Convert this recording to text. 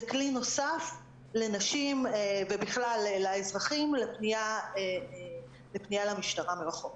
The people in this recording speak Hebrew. זה כלי נוסף לנשים ובכלל לאזרחים לפנייה למשטרה מרחוק.